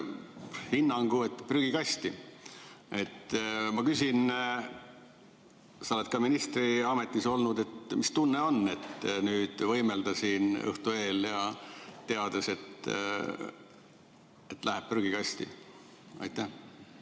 hinnangu, et mingu prügikasti. Ma küsin: sa oled ka ministriametis olnud, mis tunne on nüüd võimelda siin õhtu eel ja teada, et eelnõu läheb prügikasti? Aitäh,